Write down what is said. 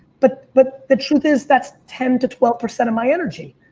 but but the truth is that's ten to twelve percent of my energy.